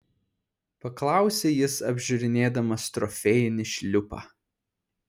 paklausė jis apžiūrinėdamas trofėjinį šliupą